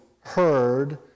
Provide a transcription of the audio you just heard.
heard